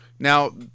Now